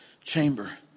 chamber